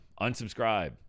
unsubscribe